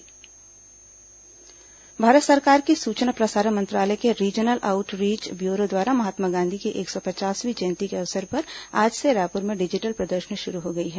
digital प्रदर्शनी भारत सरकार के सूचना प्रसारण मंत्रालय के रीजनल आउटरीच ब्यूरो द्वारा महात्मा गांधी की एक सौ पचासवीं जयंती के अवसर पर आज से रायपुर में डिजिटल प्रदर्शनी शुरू हो गई है